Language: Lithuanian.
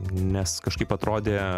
nes kažkaip atrodė